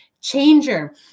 Changer